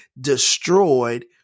destroyed